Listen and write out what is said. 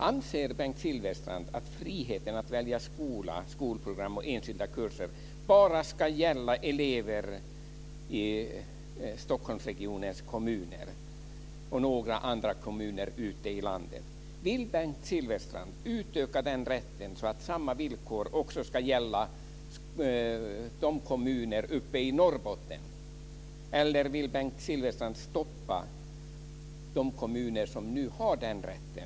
Anser Bengt Silfverstrand att friheten att välja skola, skolprogram och enskilda kurser bara ska gälla elever i Stockholmsregionens kommuner och några andra kommuner ute i landet? Vill Bengt Silfverstrand utöka den rätten så att samma villkor också ska gälla kommuner uppe i Norrbotten? Eller vill Bengt Silfverstrand stoppa de kommuner som nu har den rätten?